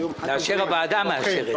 הוועדה מאשרת.